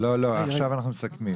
לא, עכשיו אנחנו מסכמים.